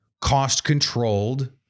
cost-controlled